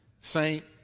Saint